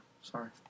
Sorry